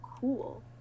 cool